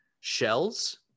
shells